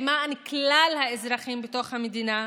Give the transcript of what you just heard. למען כלל האזרחים בתוך המדינה,